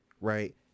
right